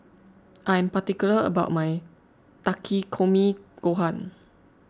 I am particular about my Takikomi Gohan